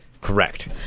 Correct